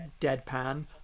deadpan